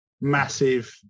massive